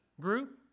group